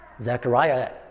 Zechariah